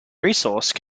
resource